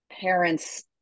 parents